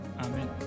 Amen